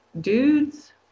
dudes